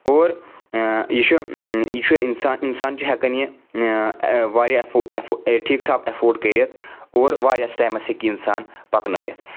اور یہِ چھُ یہِ چھُ اِنسان اِنسان چھُ ہؠکان یہِ واریاہ ٹھیٖک ٹھاک اَیٚفوڈ کٔرِتھ اور واریاہَس ٹایِمَس ہیٚکہِ یہِ اِنسان پَکنٲیِتھ